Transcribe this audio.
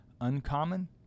uncommon